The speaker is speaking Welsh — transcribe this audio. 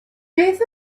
beth